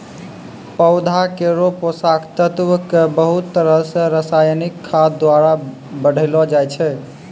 पौधा केरो पोषक तत्व क बहुत तरह सें रासायनिक खाद द्वारा बढ़ैलो जाय छै